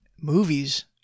Movies